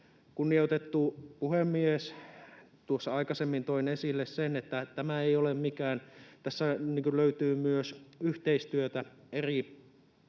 Kunnioitettu puhemies! Tuossa aikaisemmin toin esille sen, että tässä löytyy myös yhteistyötä eri